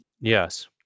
Yes